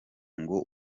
ngo